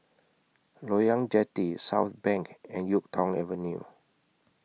Loyang Jetty Southbank and Yuk Tong Avenue